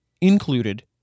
included